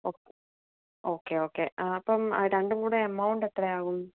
okay okay okay അപ്പം രണ്ടും കൂടെ എമൗണ്ട് എത്രയാവും